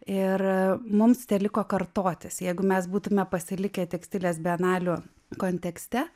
ir mums teliko kartotis jeigu mes būtume pasilikę tekstilės bienalių kontekste